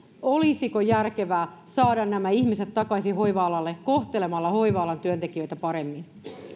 olisiko järkevää saada nämä ihmiset takaisin hoiva alalle kohtelemalla hoiva alan työntekijöitä paremmin